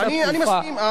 אני מסכים.